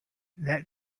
that